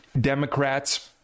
Democrats